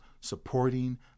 supporting